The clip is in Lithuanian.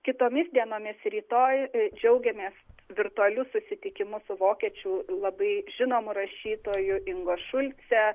kitomis dienomis rytoj džiaugiamės virtualiu susitikimu su vokiečių labai žinomu rašytoju ingo šulce